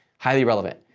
highly relevant.